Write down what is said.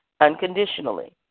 unconditionally